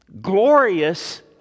Glorious